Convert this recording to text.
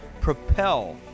propel